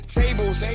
tables